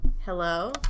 Hello